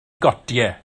gotiau